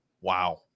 Wow